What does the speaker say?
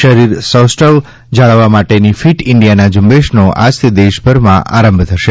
શરીર સૌષ્ઠવ જાળવવા માટેની ફીટ ઇન્ડિયા ઝુંબેસનો આજથી દેશભરમાં આરંભ થશે